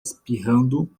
espirrando